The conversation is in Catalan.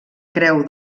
creu